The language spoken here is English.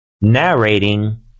narrating